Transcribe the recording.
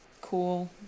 cool